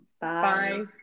Bye